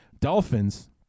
Dolphins